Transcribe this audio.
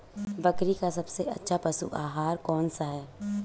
बकरी का सबसे अच्छा पशु आहार कौन सा है?